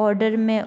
order में